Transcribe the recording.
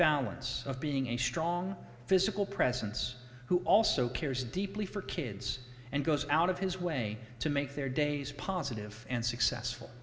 balance of being a strong physical presence who also cares deeply for kids and goes out of his way to make their days positive and successful